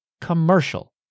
Commercial